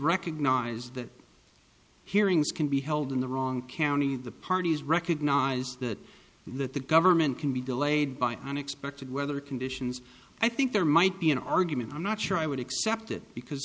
recognize that hearings can be held in the wrong county the parties recognize that that the government can be delayed by unexpected weather conditions i think there might be an argument i'm not sure i would accept it because